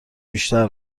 بیشتر